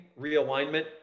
realignment